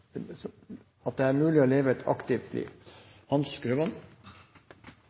at det er mulig å